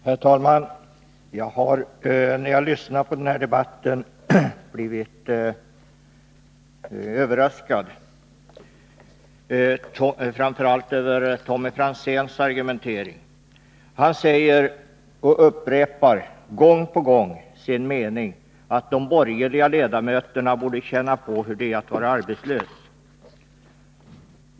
Herr talman! När jag har lyssnat på den här debatten har jag blivit överraskad, framför allt av Tommy Franzéns argumentering. Han upprepar gång på gång sin mening att de borgerliga ledamöterna borde känna på hur det är att vara arbetslös.